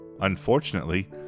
Unfortunately